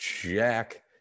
Jack